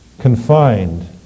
confined